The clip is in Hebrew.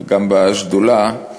גם בשדולה,